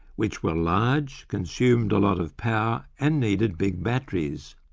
which were large, consumed a lot of power, and needed big batteries.